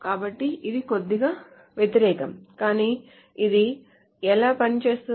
కాబట్టి ఇది కొద్దిగా వ్యతిరేకం కానీ ఇది ఎలా పనిచేస్తుంది